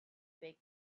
big